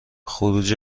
خروج